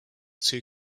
two